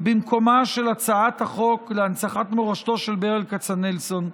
במקומה של הצעת החוק להנצחת מורשתו של ברל כצנלסון.